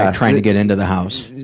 trying to get into the house.